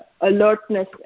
alertness